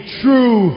true